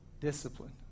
Discipline